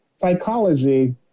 psychology